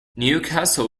newcastle